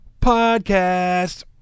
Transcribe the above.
Podcast